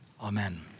amen